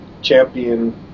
champion